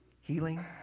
healing